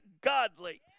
godly